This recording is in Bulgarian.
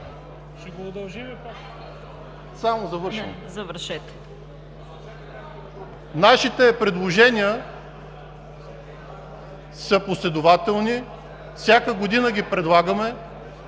Нашите предложения са последователни, всяка година ги предлагаме.